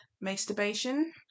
masturbation